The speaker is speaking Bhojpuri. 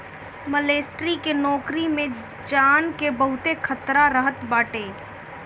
मलेटरी के नोकरी में जान के बहुते खतरा रहत बाटे